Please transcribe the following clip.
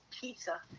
pizza